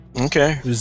Okay